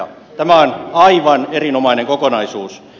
tämä on aivan erinomainen kokonaisuus